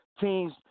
Teams